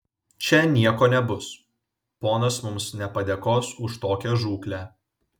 čia nieko nebus ponas mums nepadėkos už tokią žūklę